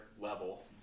level